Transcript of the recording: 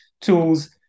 tools